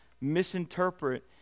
misinterpret